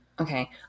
Okay